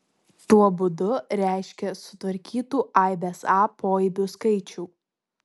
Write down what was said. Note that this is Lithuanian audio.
tuo būdu reiškia sutvarkytų aibės a poaibių skaičių